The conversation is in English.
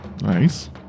Nice